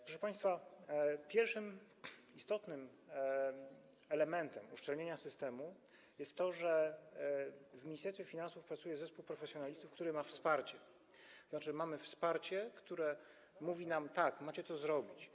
Proszę państwa, pierwszym istotnym elementem uszczelnienia systemu jest to, że w Ministerstwie Finansów pracuje zespół profesjonalistów, który ma wsparcie, tzn. mamy wsparcie, które mówi nam: tak, macie to zrobić.